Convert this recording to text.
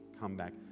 comeback